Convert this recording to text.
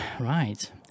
right